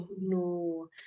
No